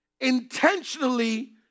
Intentionally